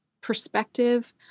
perspective